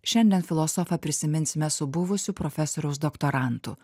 šiandien filosofą prisiminsime su buvusiu profesoriaus doktorantu